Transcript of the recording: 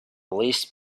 least